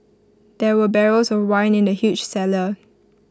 there were barrels of wine in the huge cellar